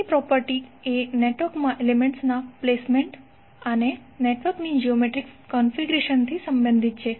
તેની પ્રોપર્ટી એ નેટવર્કમાં એલિમેન્ટ્સના પ્લેસમેન્ટ અને નેટવર્કની જિઓમેટ્રીક કન્ફિગરેશન થી સંબંધિત છે